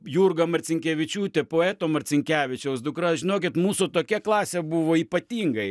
jurga marcinkevičiūtė poeto marcinkevičiaus dukra žinokit mūsų tokia klasė buvo ypatingai